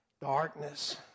Darkness